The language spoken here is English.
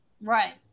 Right